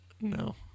No